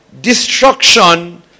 Destruction